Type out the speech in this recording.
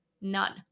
None